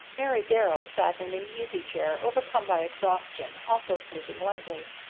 mary darrell sat in an easy-chair, overcome by exhaustion, also sleeping lightly.